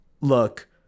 look